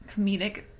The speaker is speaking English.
comedic